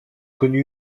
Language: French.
connu